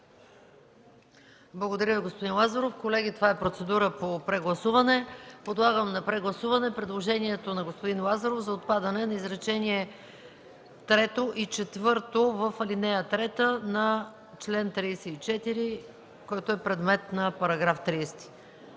Благодаря Ви, господин Лазаров. Колеги, това е процедура по прегласуване. Подлагам на прегласуване предложението на господин Лазаров за отпадане на изречение трето и четвърто в ал. 3 на чл. 34, който е предмет на § 30.